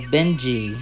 Benji